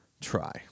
try